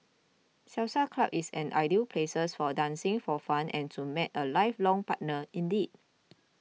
salsa club is an ideal places for dancing for fun and to meet a lifelong partner indeed